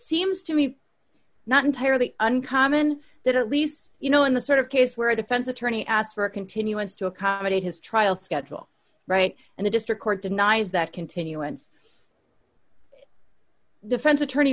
seems to me not entirely uncommon that at least you know in the sort of case where a defense attorney asked for a continuance to accommodate his trial schedule right and the district court denies that continuance defense attorney